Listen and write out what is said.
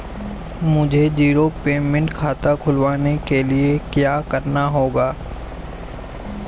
मुझे zero payment खाता खुलवाने के लिए क्या करना होगा?